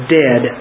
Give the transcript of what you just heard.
dead